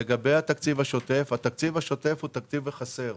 לגבי התקציב השוטף התקציב השוטף הוא תקציב החסר.